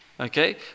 Okay